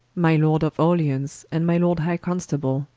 my lord of orleance, and my lord high constable,